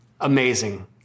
amazing